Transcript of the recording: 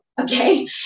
okay